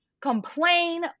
complain